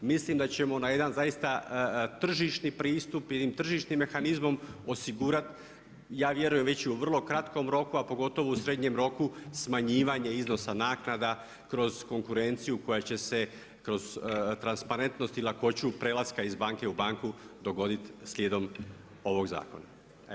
Mislim da ćemo na jedan zaista tržišni pristup i tržišnim mehanizmom osigurati ja vjerujem već i u kratkom roku, a pogotovo u srednjem roku smanjivanje iznosa naknada kroz konkurenciju koja će se kroz transparentnost i lakoću prelaska iz banke u banku dogoditi slijedom ovog zakona.